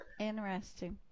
Interesting